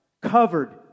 covered